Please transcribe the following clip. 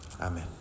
Amen